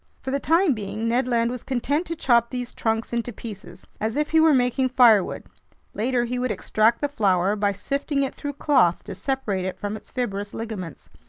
for the time being, ned land was content to chop these trunks into pieces, as if he were making firewood later he would extract the flour by sifting it through cloth to separate it from its fibrous ligaments,